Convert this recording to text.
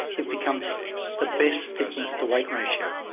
it becomes the best stiffness-to-weight ratio.